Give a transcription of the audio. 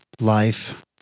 life